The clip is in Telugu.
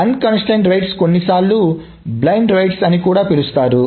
అనియంత్రిత వ్రాతలను కొన్నిసార్లు బ్లైండ్ రైట్స్ అని కూడా పిలుస్తారు